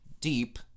deep